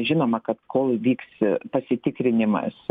žinoma kad kol vyksi pasitikrinimas